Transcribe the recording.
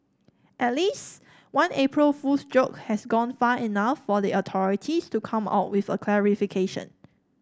at least one April Fool's joke has gone far enough for the authorities to come out with a clarification